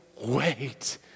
wait